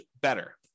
better